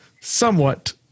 somewhat